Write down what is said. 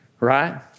Right